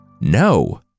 no